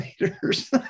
leaders